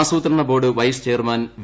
ആസൂത്രണ board vice chairman V